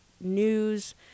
news